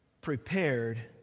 prepared